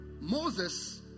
Moses